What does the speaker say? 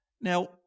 Now